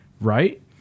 Right